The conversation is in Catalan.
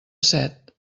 set